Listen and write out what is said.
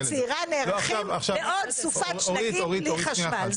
בינתיים בהתיישבות הצעירה נערכים לעוד סופת שלגים בלי חשמל.